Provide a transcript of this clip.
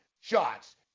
shots